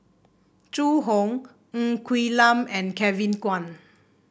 Zhu Hong Ng Quee Lam and Kevin Kwan